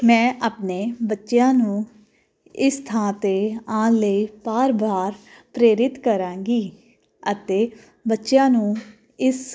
ਮੈਂ ਆਪਣੇ ਬੱਚਿਆਂ ਨੂੰ ਇਸ ਥਾਂ 'ਤੇ ਆਉਣ ਲਈ ਬਾਰ ਬਾਰ ਪ੍ਰੇਰਿਤ ਕਰਾਂਗੀ ਅਤੇ ਬੱਚਿਆਂ ਨੂੰ ਇਸ